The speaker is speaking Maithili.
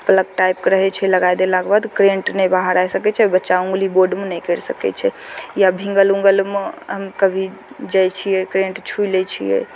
प्लग टाइपके रहय छै लगाय देलाके बाद करेन्ट नहि बाहर आबि सकय छै बच्चा उँगली बोर्डमे नहि कैर सकै छै या भींगल उन्गल मऽ हम कभी जाइ छियै करेन्ट छुइ लै छियै